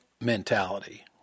mentality